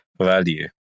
value